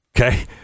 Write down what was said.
Okay